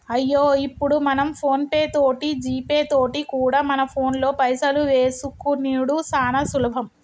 అయ్యో ఇప్పుడు మనం ఫోన్ పే తోటి జీపే తోటి కూడా మన ఫోన్లో పైసలు వేసుకునిడు సానా సులభం